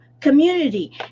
community